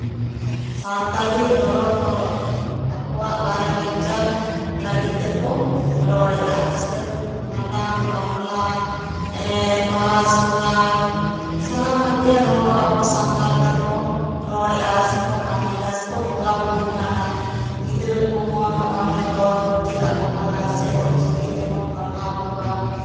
ᱥᱟᱶᱛᱟᱞᱤ ᱨᱚᱨᱚᱲ ᱦᱚᱲ ᱟᱠᱚᱣᱟᱜ ᱞᱟᱭᱼᱞᱟᱠᱪᱟᱨ ᱞᱟᱹᱜᱤᱫ ᱛᱮᱠᱚ ᱨᱚᱲᱮᱫᱼᱟ ᱥᱮ ᱵᱷᱟᱸᱰᱟᱱ ᱵᱟᱯᱞᱟ ᱵᱟᱦᱟ ᱥᱚᱦᱨᱟᱭ ᱥᱟᱱᱟᱢᱟᱜ ᱜᱮ ᱟᱵᱚ ᱥᱟᱱᱛᱟᱲ ᱛᱮᱠᱚ ᱨᱚᱲ ᱮᱫᱟ ᱥᱮᱠᱚ ᱠᱟᱹᱢᱤᱭᱫᱟ ᱥᱮᱠᱚ ᱵᱚᱸᱜᱟᱼᱵᱩᱩᱜ ᱠᱟᱱᱟ ᱜᱤᱫᱽᱨᱟᱹ ᱠᱚᱦᱚᱸ ᱱᱚᱜᱼᱚᱭ ᱨᱚᱲ ᱵᱚᱱ ᱪᱮᱫ ᱟᱠᱚ ᱠᱟᱱᱟ ᱥᱮ ᱚᱞᱪᱤᱠᱤ ᱛᱮᱵᱚᱱ ᱯᱟᱲᱦᱟᱣ ᱠᱚᱣᱟ